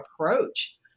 approach